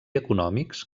econòmics